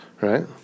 right